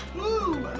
whoo!